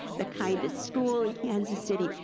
the kindest school in kansas city,